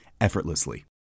effortlessly